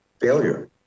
failure